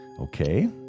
Okay